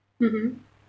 mmhmm